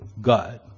God